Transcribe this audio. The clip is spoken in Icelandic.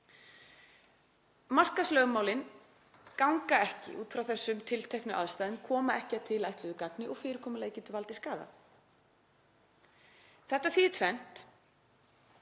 Markaðslögmálin ganga ekki út frá þessum tilteknu aðstæðum, koma ekki að tilætluðu gagni og fyrirkomulagið getur valdið skaða. Þetta þýðir tvennt.